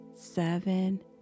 seven